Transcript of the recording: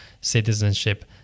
citizenship